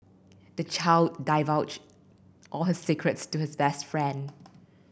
the child divulged all his secrets to his best friend